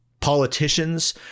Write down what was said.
politicians